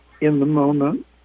in-the-moment